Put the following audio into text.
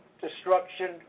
destruction